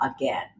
again